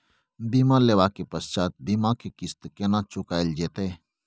बीमा लेबा के पश्चात बीमा के किस्त केना चुकायल जेतै?